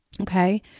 Okay